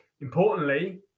Importantly